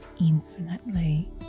infinitely